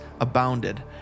abounded